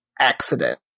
accident